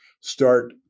start